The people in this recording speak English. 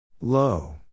Low